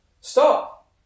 stop